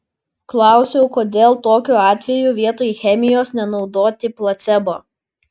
klausiau kodėl tokiu atveju vietoj chemijos nenaudoti placebo